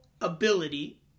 ability